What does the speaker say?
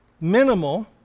minimal